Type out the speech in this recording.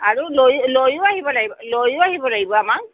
আৰু লৈ লৈয়ো আহিব লাগিব লৈয়ো আহিব লাগিব আমাক